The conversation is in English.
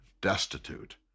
destitute